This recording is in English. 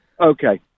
okay